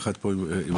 יחד עם הוועדה,